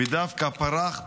ודווקא פרח פה,